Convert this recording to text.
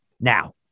now